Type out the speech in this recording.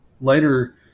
later